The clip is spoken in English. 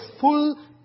full